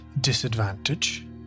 disadvantage